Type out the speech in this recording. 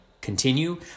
continue